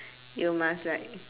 you must like